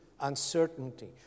uncertainty